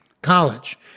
College